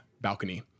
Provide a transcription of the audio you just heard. balcony